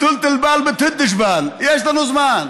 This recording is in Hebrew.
(אומר בערבית: סבלנות יתר לא גורעת מהסבלנו.) יש לנו זמן.